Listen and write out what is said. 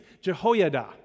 Jehoiada